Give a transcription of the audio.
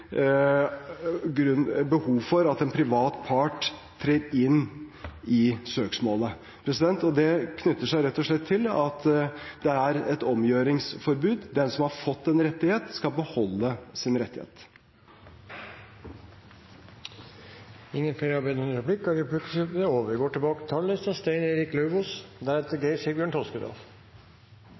behov for at en privat part trer inn i søksmålet. Det knytter seg rett og slett til at det er et omgjøringsforbud. Den som har fått en rettighet, skal beholde sin rettighet. Replikkordskiftet er omme. De talere som heretter får ordet, har